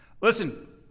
Listen